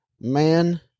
man